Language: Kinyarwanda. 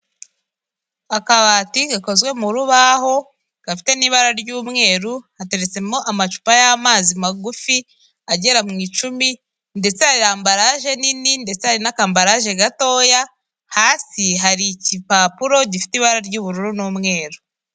Akabati gakozwe mu rubaho gafite n'ibara ry'umweru, hateretsemo amacupa y'amazi magufi agera mu icumi ndetse hari ambarage nini, ndetse hari n'akambarage gatoya. Hasi hari igipapuro gifite ibara ry'ubururu n'umweru.